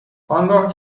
آنگاه